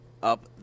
up